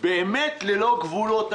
באמת ללא גבולות.